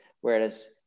whereas